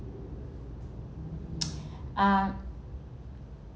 uh